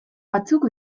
batzuk